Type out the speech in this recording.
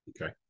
okay